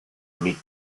meat